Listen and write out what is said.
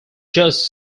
just